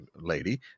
lady